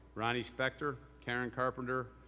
ronnie spector, karen carpenter,